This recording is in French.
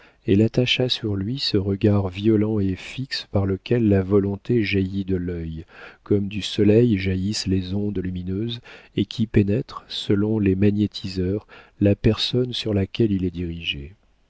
elle attacha sur lui ce regard violent et fixe par lequel la volonté jaillit de l'œil comme du soleil jaillissent les ondes lumineuses et qui pénètre selon les magnétiseurs la personne sur laquelle il est dirigé